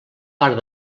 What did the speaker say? part